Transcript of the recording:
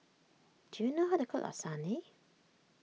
do you know how to cook Lasagne